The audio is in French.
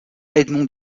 edmond